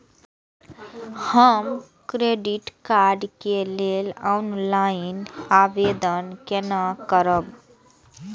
हम credit card के लेल ऑनलाइन आवेदन केना करब?